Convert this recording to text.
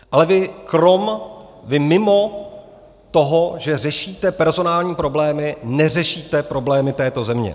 Ale vy mimo toho, že řešíte personální problémy, neřešíte problémy této země.